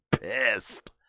pissed